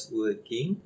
working